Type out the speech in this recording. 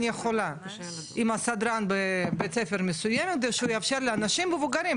עם סדרן בבית ספר מסוים שיאפשר לאנשים מבוגרים,